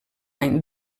any